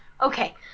Okay